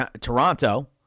Toronto